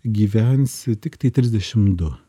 gyvensi tiktai trisdešim du